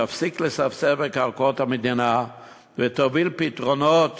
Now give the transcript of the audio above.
תפסיק לספסר בקרקעות המדינה ותוביל פתרונות